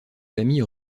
famille